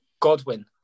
Godwin